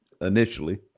initially